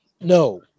no